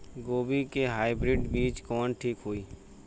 गोभी के हाईब्रिड बीज कवन ठीक होई?